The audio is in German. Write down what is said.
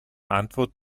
antwort